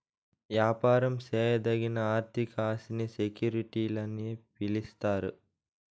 యాపారం చేయదగిన ఆర్థిక ఆస్తిని సెక్యూరిటీలని పిలిస్తారు